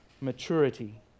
maturity